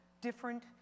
different